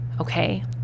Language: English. okay